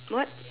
what